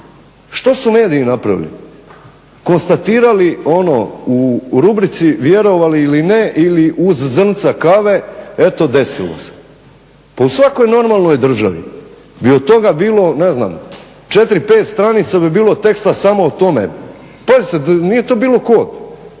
što su mediji napravili? Konstatirali ono u rubrici vjerovali ili ne ili uz zrnca kave eto desilo se. Pa u svakoj normalnoj državi bi od toga bilo ne znam četiri, pet stranica bi bilo teksta samo o tome. Pazite, nije to bilo tko.